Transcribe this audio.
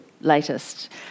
latest